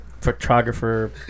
photographer